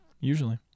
Usually